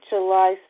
July